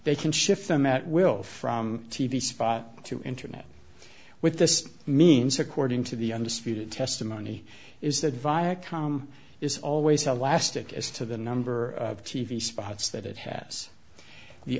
they can shift them at will from t v spot to internet with this means according to the undisputed testimony is that viacom is always elastic as to the number of t v spots that it has the